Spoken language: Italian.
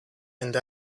and